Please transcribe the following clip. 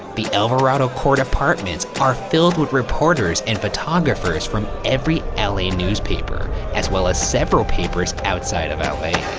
the alvarado court apartments are filled with reporters and photographers from every l a. newspaper, as well as several papers outside of l a.